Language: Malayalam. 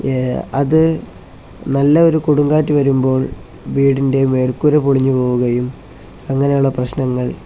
അത് നല്ല ഒരു കൊടുങ്കാറ്റ് വരുമ്പോൾ വീടിൻ്റെ മേൽക്കൂര പൊളിഞ്ഞു പോവുകയും അങ്ങനെയുള്ള പ്രശ്നങ്ങൾ